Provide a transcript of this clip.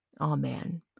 Amen